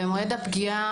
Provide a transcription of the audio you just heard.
במועד הפגיעה,